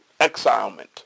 exilement